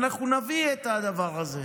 אנחנו נביא את הדבר הזה,